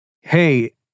hey